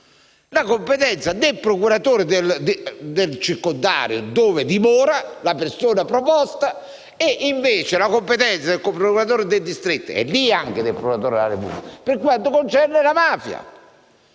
La competenza del procuratore del circondario dove dimora la persona proposta e la competenza del procuratore del distretto - e lì anche del procuratore della Repubblica - per quanto concerne la mafia: